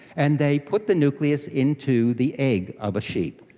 and they put the nucleus into the egg of a sheep.